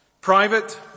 Private